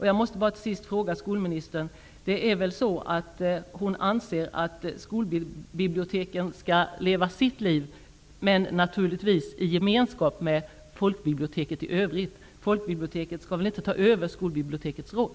Jag måste till sist fråga skolministern: Anser skolministern att skolbiblioteken skall leva sitt eget liv -- givetvis i gemenskap med folkbiblioteken i övrigt? Folkbiblioteket skall väl inte ta över skolbibliotekets roll?